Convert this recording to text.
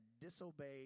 disobeyed